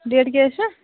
date کیٛاہ حَظ چھُ